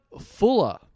Fuller